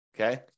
okay